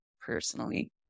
personally